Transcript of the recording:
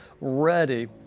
ready